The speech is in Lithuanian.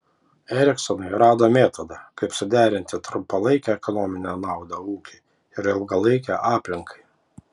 eriksonai rado metodą kaip suderinti trumpalaikę ekonominę naudą ūkiui ir ilgalaikę aplinkai